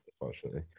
unfortunately